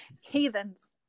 heathens